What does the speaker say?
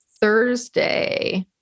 Thursday